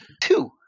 two